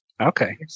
Okay